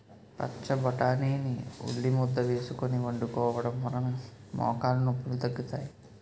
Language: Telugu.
పచ్చబొటాని ని ఉల్లిముద్ద వేసుకొని వండుకోవడం వలన మోకాలు నొప్పిలు తగ్గుతాయి